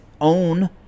own